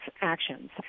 actions